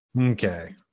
Okay